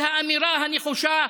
על האמירה הנחושה,